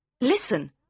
listen